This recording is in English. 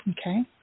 Okay